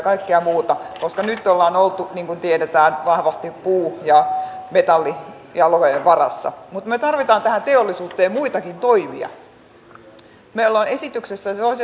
tämän lisäksi hallitus on myös linjannut valmistelevansa ensi vuonna maahanmuuttajille erillisen sosiaaliturvajärjestelmän jonka taso olisi matalampi kuin tämä asumisperusteinen suomalainen sosiaaliturva